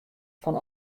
fan